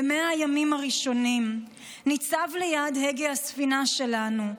ב-100 הימים הראשונים ניצב ליד הגה הספינה שלנו,